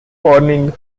corning